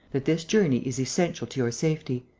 that this journey is essential to your safety.